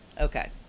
Okay